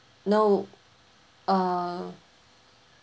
no uh